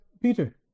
Peter